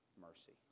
mercy